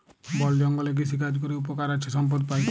বল জঙ্গলে কৃষিকাজ ক্যরে উপকার আছে সম্পদ পাই